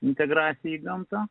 integracijai į gamtą